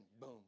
Boom